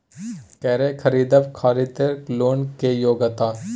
कैर खरीदवाक खातिर लोन के योग्यता?